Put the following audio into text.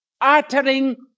uttering